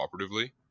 cooperatively